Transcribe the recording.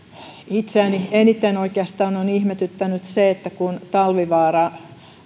lasku itseäni eniten oikeastaan on ihmetyttänyt se että kun talvivaara